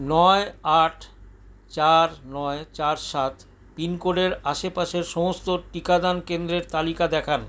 নয় আট চার নয় চার সাত পিনকোডের আশেপাশের সমস্ত টিকাদান কেন্দ্রের তালিকা দেখান